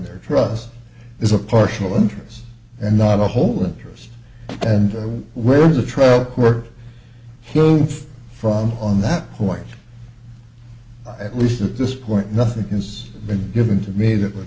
their trust is a partial interest and not a whole interest and where is the tro work from on that point at least at this point nothing has been given to me that would